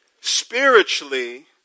Spiritually